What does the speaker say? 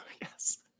Yes